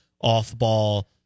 off-ball